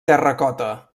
terracota